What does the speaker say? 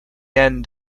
end